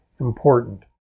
important